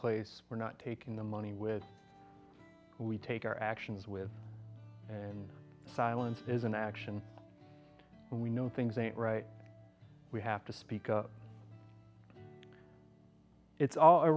place we're not taking the money with we take our actions with and silence is an action and we know things ain't right we have to speak up it's all a